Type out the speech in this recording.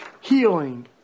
healing